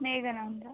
ಮೇಘನಾ ಅಂತ